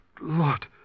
Lord